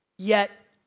yet,